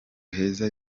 heza